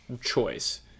choice